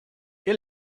ihr